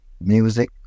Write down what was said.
music